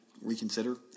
reconsider